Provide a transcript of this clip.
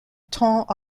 tend